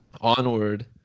Onward